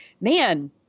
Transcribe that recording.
man